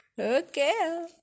Okay